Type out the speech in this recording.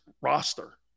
roster